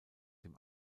dem